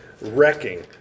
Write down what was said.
wrecking